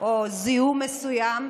או זיהום מסוים,